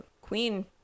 queen